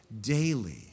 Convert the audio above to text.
daily